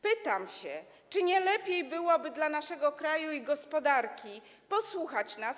Pytam: Czy nie lepiej byłoby dla naszego kraju i gospodarki posłuchać nas?